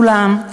זולה,